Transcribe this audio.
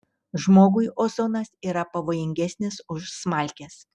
žmogui ozonas yra pavojingesnis už smalkes